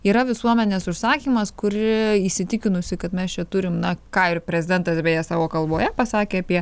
yra visuomenės užsakymas kuri įsitikinusi kad mes čia turim na ką ir prezidentas beje savo kalboje pasakė apie